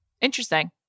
Interesting